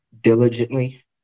diligently